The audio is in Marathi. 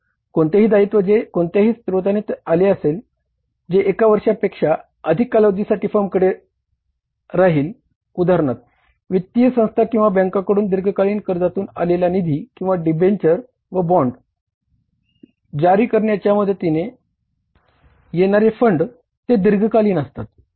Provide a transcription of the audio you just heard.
तर कोणतेही दायित्व जे कोणत्याही स्रोताने आले असेल जे एका वर्षापेक्षा अधिक कालावधीसाठी फर्मकडे राहील उदाहरणार्थ वित्तीय संस्था किंवा बँकांकडून दीर्घकालीन कर्जातून आलेला निधी किंवा डिबेंचर जारी करण्याच्या मदतीने येणारे फंड ते दीर्घकालीन असतात